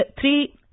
three